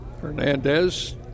Hernandez